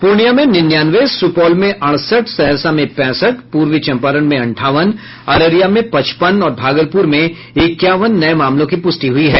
पूर्णिया में निन्यानवे सुपौल में अड़सठ सहरसा में पैसठ पूर्वी चंपारण में अंठावन अररिया में पचपन और भागलपुर में इक्यावन नये मामलों की पुष्टि हुई है